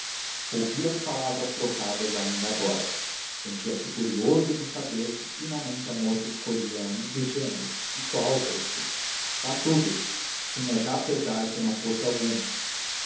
ouvia as palavras trocadas ainda agora sentia-se curioso de saber se finalmente a moça escolhia a um dos gêmeos e qual destes vá tudo tinha já pesar que não fosse algum